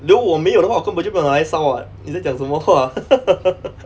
如果我没有的话我根本就不用拿来烧 [what] 你在讲什么话